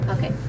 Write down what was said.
Okay